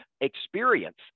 experience